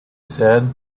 said